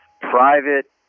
private